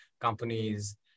companies